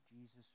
Jesus